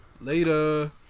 Later